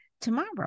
tomorrow